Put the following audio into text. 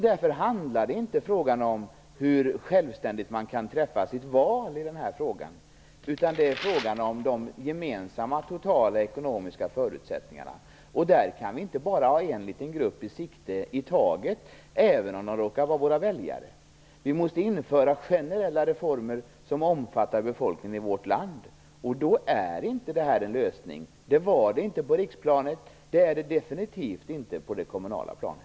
Därför handlar det inte om hur självständigt man kan träffa sitt val, utan det är fråga om de gemensamma totala ekonomiska förutsättningarna. Där kan vi inte bara ha en liten grupp i sikte i taget, även om det råkar vara fråga om våra väljare. Vi måste införa generella reformer som omfattar hela befolkningen i vårt land. Då är inte detta en lösning. Det var det inte på riksplanet, och det är det definitivt inte på det kommunala planet.